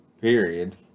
Period